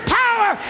power